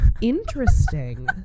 Interesting